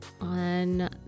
on